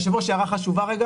צמודה למדד, מה זה ה-5% האלה?